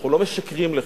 אנחנו לא משקרים לך.